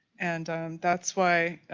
and that's why